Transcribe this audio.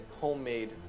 homemade